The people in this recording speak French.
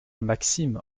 maxime